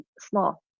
small